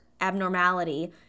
abnormality